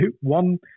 One